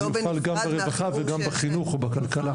זה יופעל גם ברווחה וגם בחינוך או בכלכלה.